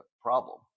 problem